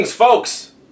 Folks